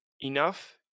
enough